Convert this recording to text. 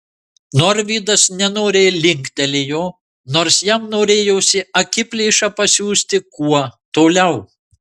norvydas nenoriai linktelėjo nors jam norėjosi akiplėšą pasiųsti kuo toliau